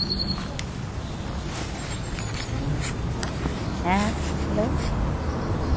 ᱦᱩᱸ ᱦᱮᱸ ᱦᱮᱞᱳ